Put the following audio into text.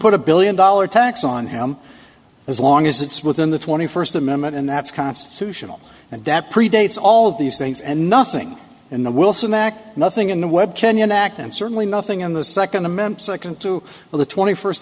put a billion dollar tax on him as long as it's within the twenty first amendment and that's constitutional and that predates all of these things and nothing in the wilson act nothing in the web kenyan act and certainly nothing on the second amendment second to the twenty first